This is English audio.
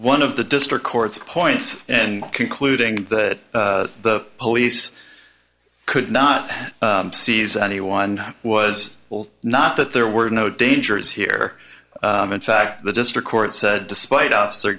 one of the district courts points and concluding that the police could not see anyone was will not that there were no dangers here in fact the district court said despite officer